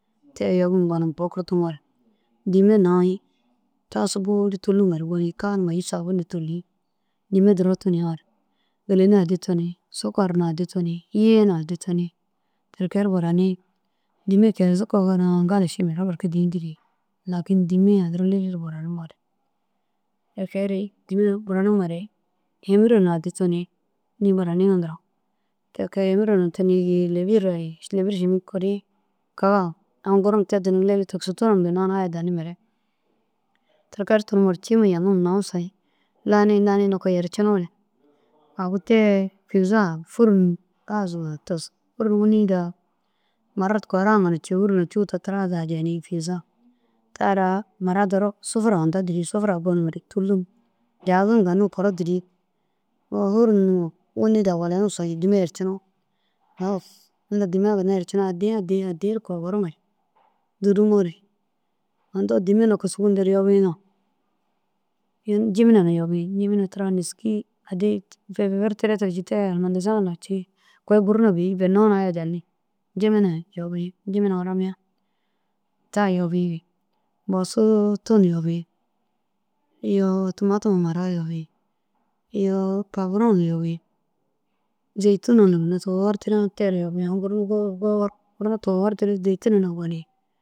Te yobum gonum bo kurtumoore dîima nayĩ tasu bôli tûlumare goni kaa numa îyi sabunu tûliĩ dîima duro tuniyoore gîleni addi tuniĩ sukar na addi tuniĩ yiĩ na addi tuniĩ. Ti kee ru baraniĩ dîima keesu kogo na gali ši mura berke dîi dîri lakin dîima addi ra lili ru baranimoore. E ke ru dîima baranimare hêmire na addi tuniĩ dîĩ baraniŋa duro ti kee hêmira na tuniĩ giĩ lêbira ai lêbir šîmik ši kuriĩ kaga. Aũ gur na te dunu lili tigisig tunume bênnoo na aya danni mire. Ti kee ru tunum cî ma jaŋim nam soyiĩ. Laniĩ laniĩ nokoo yercinoore agu te fêza hûrum gazu na tus fûrum wîni daha murat korama ciyoo hûruma cûu tira daha jeniĩ. Fêza ta ara mura duro sufura hunda dîri sufura gonumare tûluŋ jazim ganim kuro dûriĩ. Hûrum numa wîni daha walanum soyiĩ dîima yercinoo halas inda dîima ginna yercinoo addiĩ addiĩ addiĩ ru kogorumare dûrumoore undoo dîima nokoo sûgu nder yobiŋa, jimina na yobiĩ. Jimina tira nêski addi tigigir tira cii te alimatasiyo duro cii kôi gur na bêi bênoo na aya danni. Jimina yobiĩ furamiya ta yobigi bosu tunu yobiĩ. Iyoo tumatuma mara yobiĩ. Iyoo paburũ yobiĩ. Zêtunu na ginna tugogortira te re yobiĩ. Aũ gur na gogor gogorug tugogortira dî zêtina na goniĩ